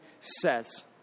says